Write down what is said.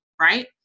right